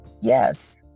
Yes